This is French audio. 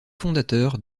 fondateur